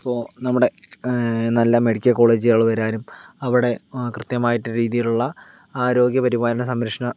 ഇപ്പൊൾ നമ്മുടെ നല്ല മെഡിക്കൽ കോളേജുകൾ വരാനും അവിടെ കൃത്യം ആയിട്ടുള്ള രീതിയിലുള്ള ആരോഗ്യപരിപാലന സംരക്ഷണം